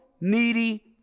needy